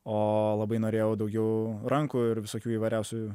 o labai norėjau daugiau rankų ir visokių įvairiausių